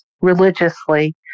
religiously